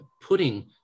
putting